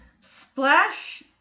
Splash